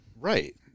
right